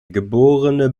geborene